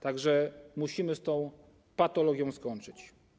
Tak że musimy z tą patologią skończyć.